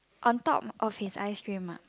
on top of his ice cream ah